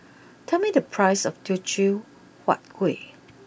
tell me the prices of Teochew Huat Kuih